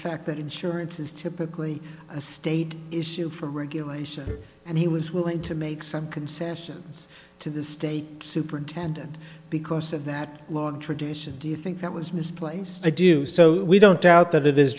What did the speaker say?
fact that insurance is typically a state issue from regulation and he was willing to make some concessions to the state superintendent because of that long tradition do you think that was misplaced to do so we don't doubt that it is